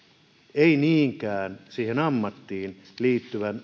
ei niinkään siihen ammattiin liittyvän